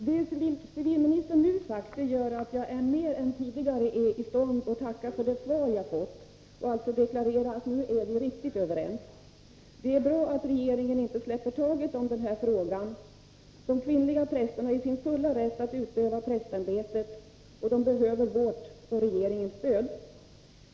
Herr talman! Det som civilministern nu har sagt gör att jag mer än tidigare är i stånd att tacka för det svar jag har fått och deklarera att vi är riktigt överens. Det är bra att regeringen inte släpper taget om denna fråga. De kvinnliga prästerna är i sin fulla rätt att utöva prästämbetet, och de behöver vårt och regeringens stöd.